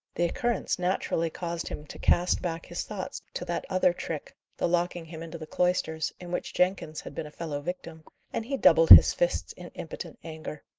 the occurrence naturally caused him to cast back his thoughts to that other trick the locking him into the cloisters, in which jenkins had been a fellow-victim and he doubled his fists in impotent anger.